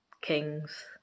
kings